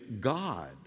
God